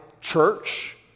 church